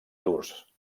tours